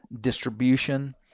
distribution